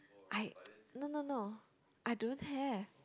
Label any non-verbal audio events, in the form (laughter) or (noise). I (noise) no no no I don't have